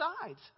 sides